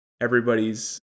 everybody's